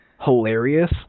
hilarious